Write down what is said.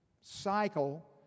cycle